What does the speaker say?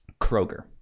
Kroger